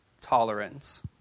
tolerance